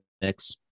mix